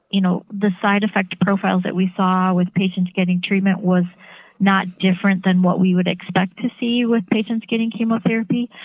you know the side effect profiles that we saw with patients getting treatment was not different from what we would expect to see with patients getting chemotherapy.